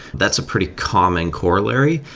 that's a pretty common corollary,